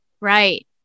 Right